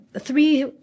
three